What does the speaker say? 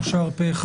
אושר פה אחד.